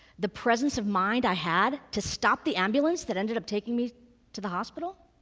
the presence of mind i had to stop the ambulance that ended up taking me to the hospital,